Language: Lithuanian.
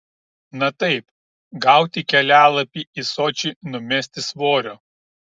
na taip gauti kelialapį į sočį numesti svorio